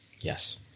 Yes